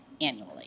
annually